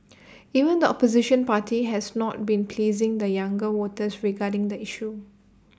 even the opposition party has not been pleasing the younger voters regarding the issue